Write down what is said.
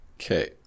Okay